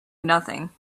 nothing